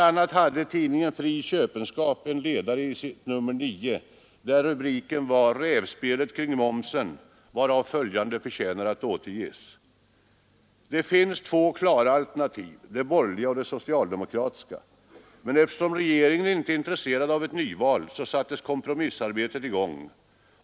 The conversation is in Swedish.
a. hade tidningen Fri Köpenskap en ledare i nr 9, med rubriken Rävspelet kring momsen, varav följande förtjänar att återges. ”Det finns två klara alternativ — det borgerliga och det socialdemokratiska. Men eftersom regeringen inte är intresserad av ett nyval så sattes kompromissarbetet igång.